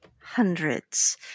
hundreds